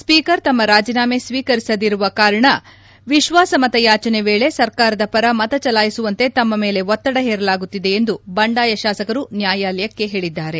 speaker ತಮ್ಮ ರಾಜೀನಾಮೆ ಸ್ವೀಕರಿಸದಿರುವ ಕಾರಣ ವಿಶ್ವಾಸಮತ ಯಾಚನೆ ವೇಳಿ ಸರ್ಕಾರದ ಪರ ಮತ ಚಲಾಯಿಸುವಂತೆ ತಮ್ಮ ಮೇಲೆ ಒತ್ತದ ಹೇರಲಾಗುತ್ತಿದೆ ಎಂದು ಬಂಡಾಯ ಶಾಸಕರು ನ್ಯಾಯಾಲಯಕ್ಕೆ ಹೇಳಿದ್ದಾರೆ